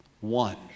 one